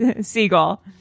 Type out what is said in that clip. Seagull